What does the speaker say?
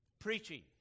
Preaching